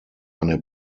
eine